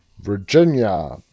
virginia